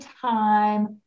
time